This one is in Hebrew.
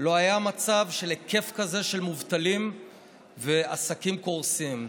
לא היה מצב של היקף כזה של מובטלים ועסקים קורסים.